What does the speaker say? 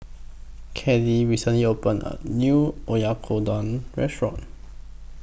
Kellee recently opened A New Oyakodon Restaurant